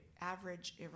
average